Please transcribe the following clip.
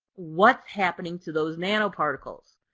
what's happening to those nanoparticles?